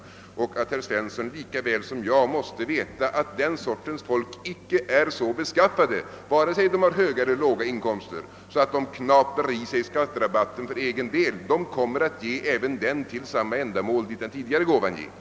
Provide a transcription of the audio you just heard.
Herr Svensson i Kungälv måste lika väl som jag veta att dessa människor inte är så beskaffade — vare sig de har höga eller låga inkomster — att de knaprar i sig skatterabatten för egen del; de kommer att ge även den till samma ändamål till vilka de tidigare skänkt pengar.